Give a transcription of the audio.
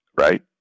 right